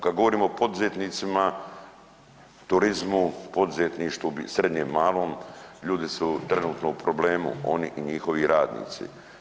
Kad govorimo o poduzetnicima, turizmu, poduzetništvu, srednjem, malom, ljudi su trenutno u problemu, oni i njihovi radnici.